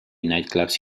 nightclubs